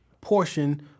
portion